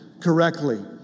correctly